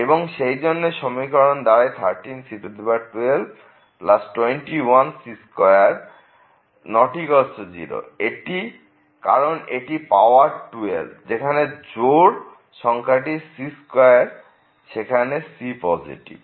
এবং সেই জন্যই সমীকরণটি দাঁড়ায় 13c1221c2≠0 কারণ এটি পাওয়ার 12 এখানে জোর সংখ্যাটি c2 যেখানে c পজিটিভ